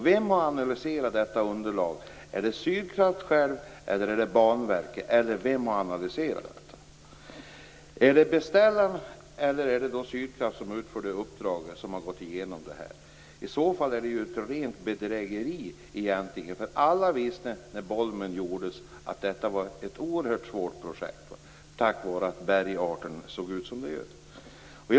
Vem har analyserat det underlaget? Är det de på Sydkraft eller Banverket? Är det beställaren eller Sydkraft som har gått igenom underlaget? I så fall är det egentligen fråga om ett rent bedrägeri - alla visste ju att Bolmentunneln var ett oerhört svårt projekt på grund av att bergarten ser ut som den gör.